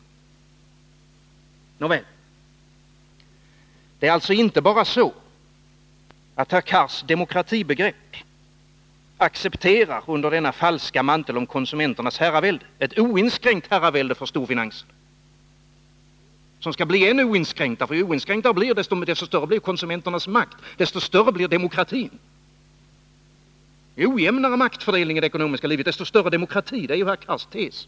Nåväl, det är alltså inte bara så att herr Cars demokratibegrepp accepterar —- under denna falska mantel av konsumenternas herravälde — ett oinskränkt herravälde för storfinansen, som skall bli ännu mer oinskränkt, eftersom konsumenternas makt och demokratin blir större ju mer oinskränkt detta herravälde är. Ju ojämnare maktfördelning i det ekonomiska livet, desto större demokrati — det är ju herr Cars tes.